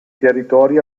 territori